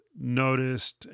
noticed